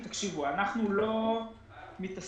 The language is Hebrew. תקשיבו, אנחנו לא מתעסקים